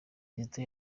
kizito